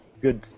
good